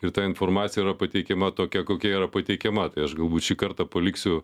ir ta informacija yra pateikiama tokia kokia yra pateikiama tai aš galbūt šį kartą paliksiu